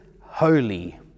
holy